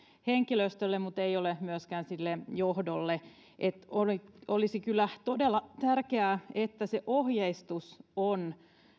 henkilöstölle siellä mutta ei ole myöskään sille johdolle olisi kyllä todella tärkeää että se ohjeistus on